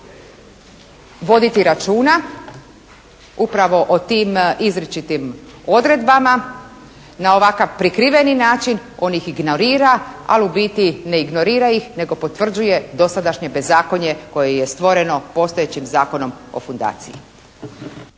voditi računa upravo o tim izričitim odredbama na ovakav prikriveni način on ih ignorira, ali u biti ne ignorira ih, nego potvrđuje dosadašnje bezakonje koje je stvoreno postojećim Zakonom o fundaciji.